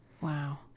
Wow